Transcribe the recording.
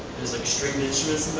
there's like stringed instruments,